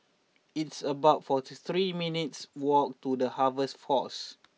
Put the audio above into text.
it's about forty three minutes' walk to The Harvest Force